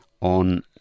on